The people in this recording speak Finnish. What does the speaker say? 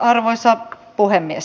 arvoisa puhemies